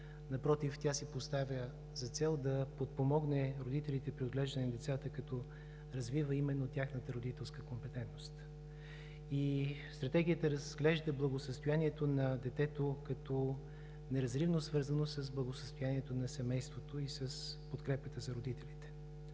Напротив, тя си поставя за цел да подпомогне родителите при отглеждането на децата, като развива именно тяхната родителска компетентност. Стратегията разглежда благосъстоянието на детето като неразривно свързано с благосъстоянието на семейството и с подкрепата за родителите.